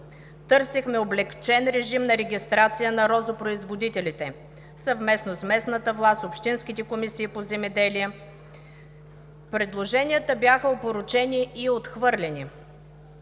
Търсехме облекчен режим на регистрация на розопроизводителите съвместно с местната власт, общинските комисии по земеделие. Предложенията бяха опорочени и отхвърлени.